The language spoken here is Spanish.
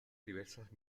diversas